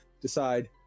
decide